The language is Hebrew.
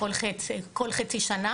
מקצועית כל חצי שנה.